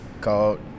Called